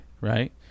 right